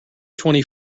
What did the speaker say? twenty